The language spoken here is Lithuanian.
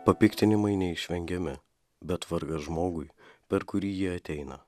papiktinimai neišvengiami bet vargas žmogui per kurį jie ateina